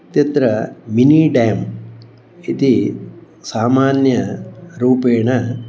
इत्यत्र mini dam इति सामान्यरूपेण